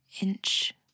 inch